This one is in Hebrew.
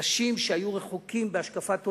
אנשים שהיו רחוקים בהשקפת עולמם,